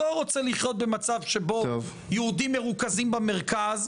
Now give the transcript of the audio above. לא רוצה לחיות במצב שבו יהודים מרוכזים במרכז,